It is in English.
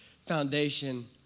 foundation